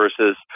versus